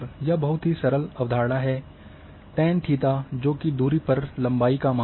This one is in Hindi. यह बहुत ही सरल अवधारणा है tan टैन थेटा जो कि दूरी पर लंबायी का मान है